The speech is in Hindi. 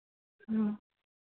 हाँ